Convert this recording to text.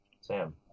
Sam